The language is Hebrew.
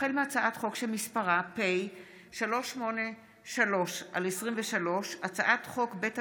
החל מהצעת חוק פ/383/23 וכלה בהצעת חוק פ/544/23: